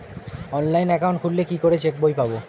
Online account খুললে কি করে চেক বই পাব?